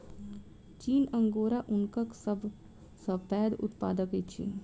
चीन अंगोरा ऊनक सब सॅ पैघ उत्पादक अछि